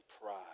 pride